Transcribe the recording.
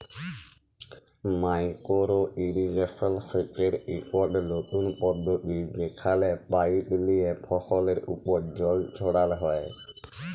micro irrigation সেচের ইকট লতুল পদ্ধতি যেখালে পাইপ লিয়ে ফসলের উপর জল ছড়াল হ্যয়